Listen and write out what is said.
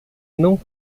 não